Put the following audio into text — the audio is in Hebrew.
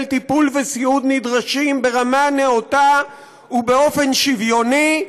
טיפול וסיעוד נדרשים ברמה נאותה ובאופן שוויוני,